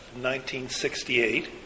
1968